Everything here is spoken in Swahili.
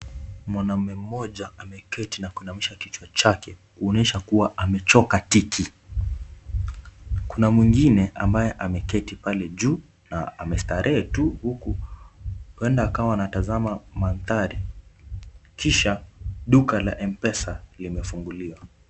Mwanamme mmoja ameketi na kuinamisha kichwa chake kumaanisha kuwa amechoka tiki. Kuna mwingine ambaye ameketi pale juu na amestrehe tu huku, huenda kuwa anatazama mandhari. Kisha duka la M-Pesa limefunguliwa.